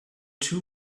two